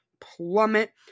plummet